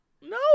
No